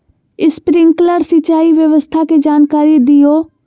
Sprinkler सिंचाई व्यवस्था के जाकारी दिऔ?